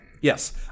Yes